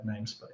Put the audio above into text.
namespace